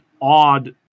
odd